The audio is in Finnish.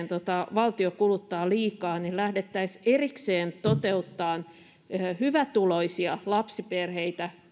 valtio kuluttaa liikaa lähdettäisiin erikseen toteuttamaan yksinomaan hyvätuloisia lapsiperheitä